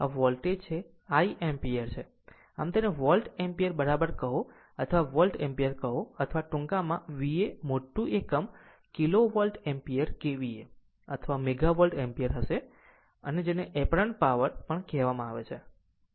તો વોલ્ટ છે I ampere છે આમ તેને વોલ્ટ એમ્પીયર બરાબર કહો અથવા વોલ્ટ એમ્પીયર કહો અથવા ટૂંકા માં VA મોટું એકમ કિલો વોલ્ટ એમ્પીયર kVA અથવા મેગા વોલ્ટ એમ્પીયર હશે અને જેને આ એપારન્ત પાવર પણ કહેવામાં આવે છે